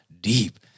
Deep